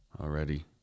already